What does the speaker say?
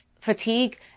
fatigue